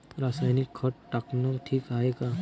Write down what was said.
रासायनिक खत टाकनं ठीक हाये का?